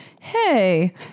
hey